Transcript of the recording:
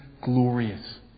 glorious